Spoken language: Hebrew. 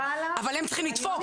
אבל הם צריכים לדפוק,